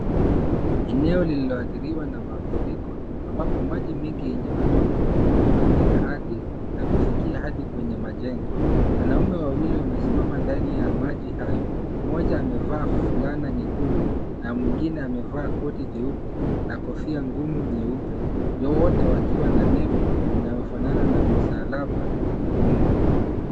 Eneo lililoathiriwa na mafuriko ambapo maji mengi yenye matope yamefunika ardhi na kufikia hadi kwenye majengo. Wanaume wawili wamesimama ndani ya maji hayo, mmoja amevaa fulana nyekundu na mwengine amevaa koti jeupe na kofia ngumu nyeupe. Wote wakiwa na nembo inayofanana na msalaba mwekundu.